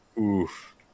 Oof